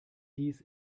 dies